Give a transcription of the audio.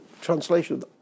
translation